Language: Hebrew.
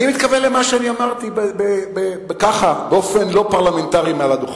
אני מתכוון למה שאמרתי באופן לא פרלמנטרי מעל הדוכן.